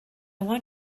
want